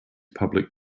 public